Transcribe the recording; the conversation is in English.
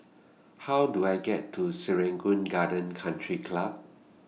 How Do I get to Serangoon Gardens Country Club